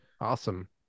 Awesome